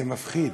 זה מפחיד.